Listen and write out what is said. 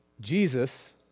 Jesus